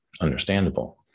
understandable